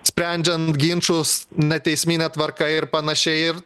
sprendžiant ginčus neteismine tvarka ir panašiai ir